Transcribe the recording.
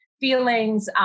feelings